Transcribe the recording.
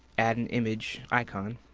add an image icon,